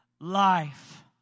life